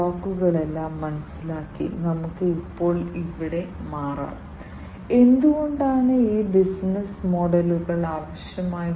അതിനാൽ അനലോഗ് സിഗ്നലുകളുടെ കണ്ടീഷനിംഗും ഈ കണ്ടീഷനിംഗും വ്യത്യസ്ത മാർഗങ്ങളിലൂടെയാണ് ചെയ്യുന്നത്